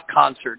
concert